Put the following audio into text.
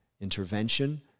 intervention